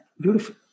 Beautiful